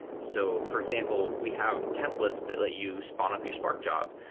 so, for example, we have templates that let you spun up your spark job,